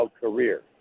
career